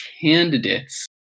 candidates